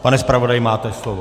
Pane zpravodaji, máte slovo.